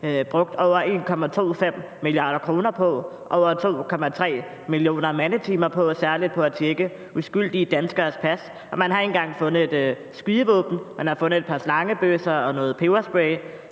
brugt over 1,25 mia. kr. og over 2,3 millioner mandetimer på den og særlig på at tjekke uskyldige danskeres pas. Man har ikke engang fundet et skydevåben. Man har fundet et par slangebøsser og noget peberspray.